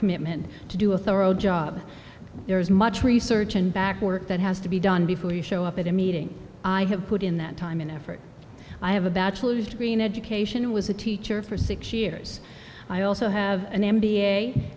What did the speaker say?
commitment to do a thorough job there is much research and back work that has to be done before you show up at a meeting i have put in that time and effort i have a bachelor's degree in education was a teacher for six years i also have an m